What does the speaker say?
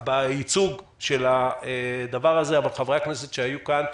בייצוג של הדבר הזה אבל חברי הכנסת שהיו כאן,